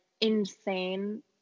insane